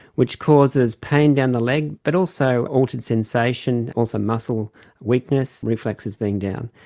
which causes pain down the leg, but also altered sensation, also muscle weakness, reflexes being down.